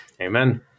Amen